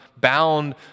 bound